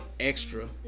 extra